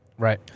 Right